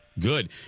Good